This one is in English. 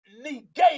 negate